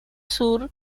sur